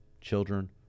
children